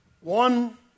One